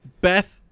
Beth